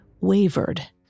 wavered